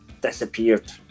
disappeared